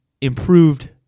improved